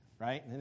right